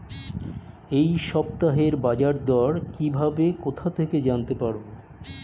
এই সপ্তাহের বাজারদর কিভাবে কোথা থেকে জানতে পারবো?